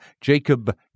Jacob